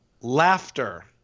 laughter